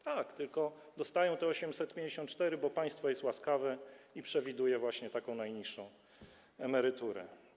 Tak, tylko dostają te 854 zł, bo państwo jest łaskawe i przewiduje właśnie taką najniższą emeryturę.